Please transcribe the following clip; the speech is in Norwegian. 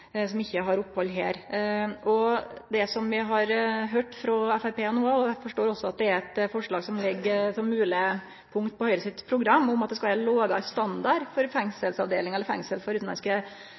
som ikkje har opphald her. Det vi har høyrt frå Framstegspartiet no, og eg forstår òg at det er eit mogleg punkt i Høgres program, er at det skal vere lågare standard i fengselsavdelingar eller fengsel